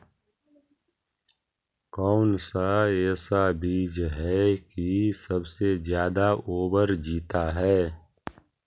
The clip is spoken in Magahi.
कौन सा ऐसा बीज है की सबसे ज्यादा ओवर जीता है?